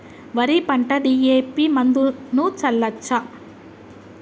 వరి పంట డి.ఎ.పి మందును చల్లచ్చా?